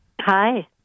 Hi